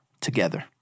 together